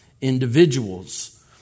individuals